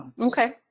Okay